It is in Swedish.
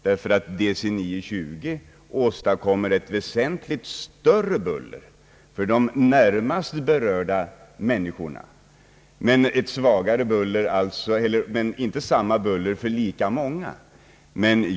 DC 9-20 åstadkommer ett väsentligt större buller för de närmast berörda människorna, men inte samma buller för lika många.